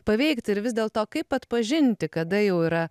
paveikt ir vis dėlto kaip atpažinti kada jau yra